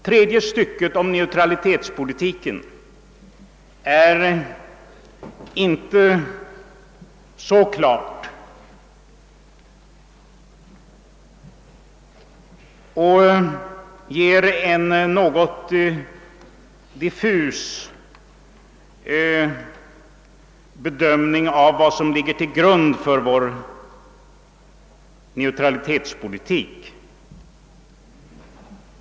Tredje stycket, om neutralitetspolitiken, är inte så klart och ger en något diffus bild av vad som ligger till grund för vår neutralitetspolitik.